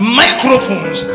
microphones